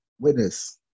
witness